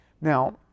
Now